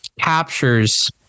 captures